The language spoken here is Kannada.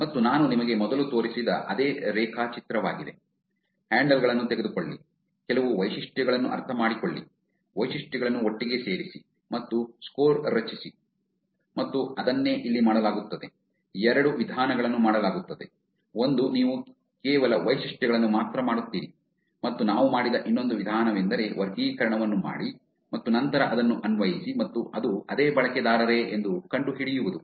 ಮತ್ತು ನಾನು ನಿಮಗೆ ಮೊದಲು ತೋರಿಸಿದ ಅದೇ ರೇಖಾಚಿತ್ರವಾಗಿದೆ ಹ್ಯಾಂಡಲ್ ಗಳನ್ನು ತೆಗೆದುಕೊಳ್ಳಿ ಕೆಲವು ವೈಶಿಷ್ಟ್ಯಗಳನ್ನು ಅರ್ಥಮಾಡಿಕೊಳ್ಳಿ ವೈಶಿಷ್ಟ್ಯಗಳನ್ನು ಒಟ್ಟಿಗೆ ಇರಿಸಿ ಮತ್ತು ಸ್ಕೋರ್ ರಚಿಸಿ ಮತ್ತು ಅದನ್ನೇ ಇಲ್ಲಿ ಮಾಡಲಾಗುತ್ತದೆ ಎರಡು ವಿಧಾನಗಳನ್ನು ಮಾಡಲಾಗುತ್ತದೆ ಒಂದು ನೀವು ಕೇವಲ ವೈಶಿಷ್ಟ್ಯಗಳನ್ನು ಮಾತ್ರ ಮಾಡುತ್ತೀರಿ ಮತ್ತು ನಾವು ಮಾಡಿದ ಇನ್ನೊಂದು ವಿಧಾನವೆಂದರೆ ವರ್ಗೀಕರಣವನ್ನು ಮಾಡಿ ಮತ್ತು ನಂತರ ಅದನ್ನು ಅನ್ವಯಿಸಿ ಮತ್ತು ಅದು ಅದೇ ಬಳಕೆದಾರರೇ ಎಂದು ಕಂಡುಹಿಡಿಯುವುದು